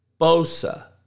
Bosa